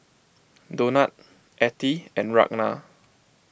Donat Ethie and Ragna